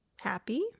Happy